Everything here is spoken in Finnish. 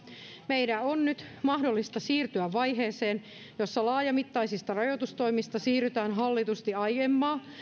meidän on nyt mahdollista siirtyä vaiheeseen jossa laajamittaisista rajoitustoimista siirrytään hallitusti aiempaa